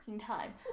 time